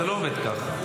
זה לא עובד ככה.